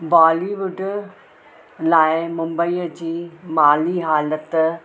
बॉलीवुड लाइ मुंबईअ जी माली हालति